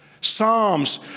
Psalms